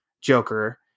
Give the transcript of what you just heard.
Joker